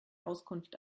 auskunft